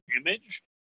image